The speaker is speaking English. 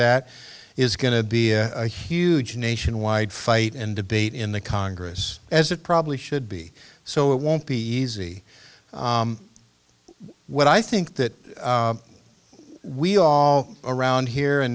that is going to be a huge nationwide fight and debate in the congress as it probably should be so it won't be easy what i think that we all around here and